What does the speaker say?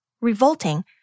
revolting